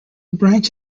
branch